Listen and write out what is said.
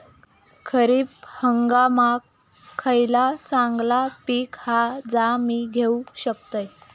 खरीप हंगामाक खयला चांगला पीक हा जा मी घेऊ शकतय?